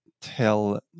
tell